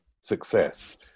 success